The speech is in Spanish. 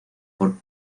por